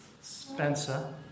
Spencer